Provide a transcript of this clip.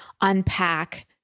unpack